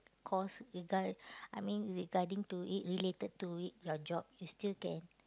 course regard I mean regarding to it related to it your job you still can